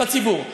בציבור.